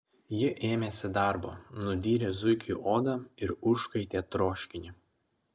ji ėmėsi darbo nudyrė zuikiui odą ir užkaitė troškinį